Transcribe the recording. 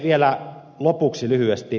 vielä lopuksi lyhyesti